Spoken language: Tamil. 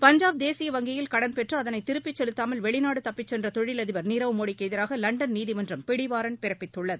பஞ்சாப் தேசிய வங்கியில் கடன் பெற்று அதனை திருப்பிச் செலுத்தாமல் வெளிநாடு தப்பிச் சென்ற தொழிலதிபர் நீரவ் மோடிக்கு எதிராக லண்டன் நீதிமன்றம் பிடிவாரண்ட் பிறப்பித்துள்ளது